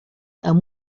amb